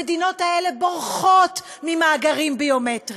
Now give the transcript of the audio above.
המדינות האלה בורחות ממאגרים ביומטריים.